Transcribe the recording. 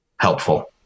helpful